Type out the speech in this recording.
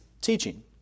teaching